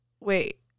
wait